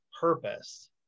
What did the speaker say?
purpose